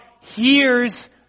hears